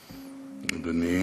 תודה רבה, אדוני.